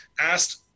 Asked